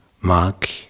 Mark